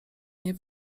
nie